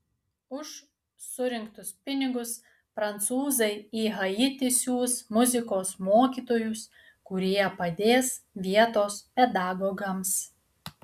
už surinktus pinigus prancūzai į haitį siųs muzikos mokytojus kurie padės vietos pedagogams